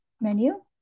menu